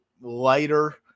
lighter